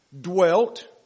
dwelt